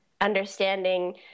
understanding